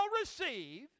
receive